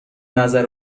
نظر